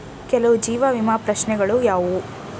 ಕೆಲವು ಜೀವ ವಿಮಾ ಪ್ರಶ್ನೆಗಳು ಯಾವುವು?